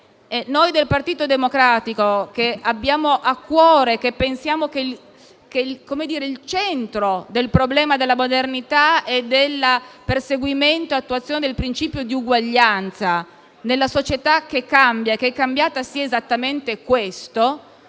Noi del Partito Democratico l'abbiamo a cuore e pensiamo che sia il centro del problema della modernità e del perseguimento e attuazione del principio di uguaglianza nella società che cambia: non solo attribuire diritti,